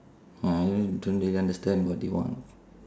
ah I don't really understand what they want